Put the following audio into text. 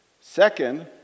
Second